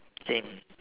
same